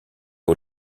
aux